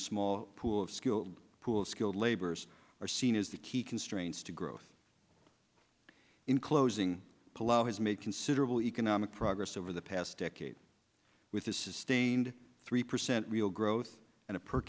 a small pool of skilled pool skilled laborers are seen as the key constraints to growth in closing palauans made considerable economic progress over the past decade with a sustained three percent real growth and a per